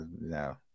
no